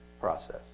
process